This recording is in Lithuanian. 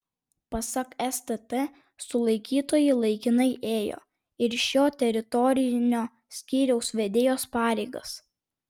pasak stt sulaikytoji laikinai ėjo ir šio teritorinio skyriaus vedėjos pareigas